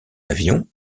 avions